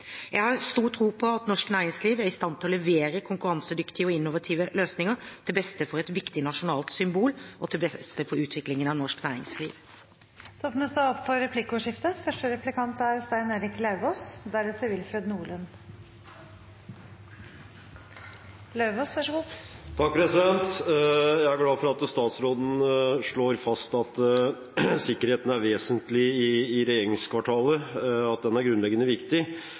Jeg har stor tro på at norsk næringsliv er i stand til å levere konkurransedyktige og innovative løsninger, til beste for et viktig nasjonalt symbol og til beste for utviklingen av norsk næringsliv. Det blir replikkordskifte. Jeg er glad for at statsråden slår fast at sikkerheten er vesentlig i regjeringskvartalet, at den er grunnleggende viktig,